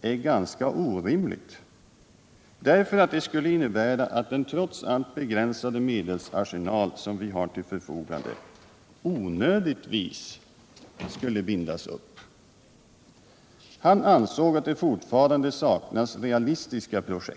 är ganska orimligt därför att det skulle innebära att den trots Nr 52 allt begränsade medelsarsenal som vi har till förfogande onödigtvis skulle Torsdagen den bindas upp”. Han ansåg att det fortfarande saknas realistiska projekt.